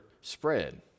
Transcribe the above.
spread